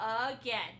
again